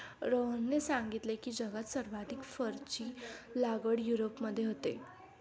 रोहनने सांगितले की, जगात सर्वाधिक फरची लागवड युरोपमध्ये होते